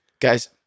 Guys